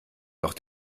doch